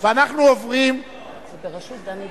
אנחנו עוברים, זה בראשות דני דנון,